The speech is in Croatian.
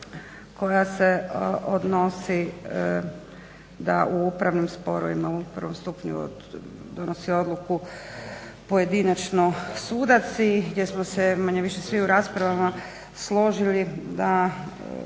koja se odnosi da u upravnim sporovima u prvom stupnju donosi odluku pojedinačno sudac i gdje smo se manje-više svi u raspravama složili da